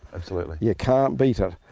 absolutely. you can't beat ah it.